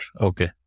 okay